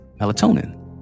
melatonin